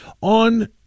on